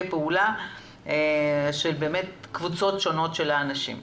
הפעולה של קבוצות שונות של האנשים.